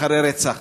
אחרי רצח,